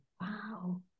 wow